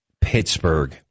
Pittsburgh